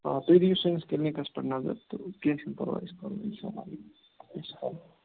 آ تُہۍ دِیُو سٲنِس کِلنِکَس پٮ۪ٹھ نظر تہٕ کیٚنہہ چھُنہٕ پرواے أسۍ کَرَو اِنشاءاللہ